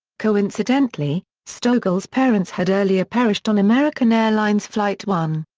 coincidentally, stogel's parents had earlier perished on american airlines flight one.